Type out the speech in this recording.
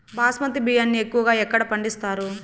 బాస్మతి బియ్యాన్ని ఎక్కువగా ఎక్కడ పండిస్తారు?